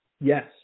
Yes